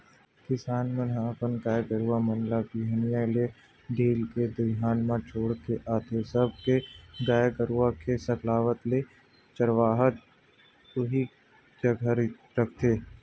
किसान मन ह अपन गाय गरु मन ल बिहनिया ले ढील के दईहान म छोड़ के आथे सबे के गाय गरुवा के सकलावत ले चरवाहा उही जघा रखथे